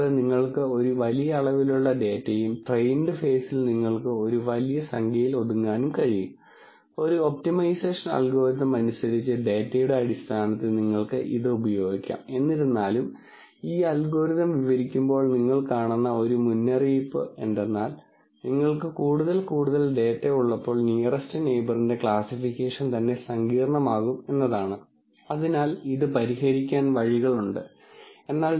ഇപ്പോൾ നിങ്ങൾ ഒരു ഡാറ്റാ സയൻസ് അൽഗോരിതം ഉപയോഗിക്കുകയാണെങ്കിൽ ഒരു ഇടപാട് ശരിയായതോ വഞ്ചനാപരമായതോ ആകാനുള്ള സാധ്യത നൽകാൻ കഴിയുന്ന ഒരു ബൈനറി ക്ലാസിഫിക്കേഷൻ അൽഗോരിതം ഉപയോഗിക്കുകയാണെങ്കിൽ ഈ എളുപ്പത്തിൽ കണക്കാക്കാവുന്ന ആട്രിബ്യൂട്ടുകൾ അല്ലെങ്കിൽ എളുപ്പത്തിൽ നിരീക്ഷിക്കാവുന്നതോ അളക്കാവുന്നതോ ആയ ആട്രിബ്യൂട്ടുകളുടെ അടിസ്ഥാനത്തിൽ തുടർന്ന് ഒരു പുതിയ ഇടപാട് നടക്കുമ്പോഴെല്ലാം നിങ്ങൾക്ക് അത് ഈ ക്ലാസിഫയർ വഴി പ്രവർത്തിപ്പിക്കാം തുടർന്ന് ഈ ഇടപാട് വഞ്ചനാപരമായിരിക്കാനുള്ള സാധ്യത കണ്ടെത്താം